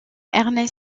ernest